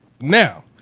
now